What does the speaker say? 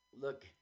Look